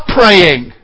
praying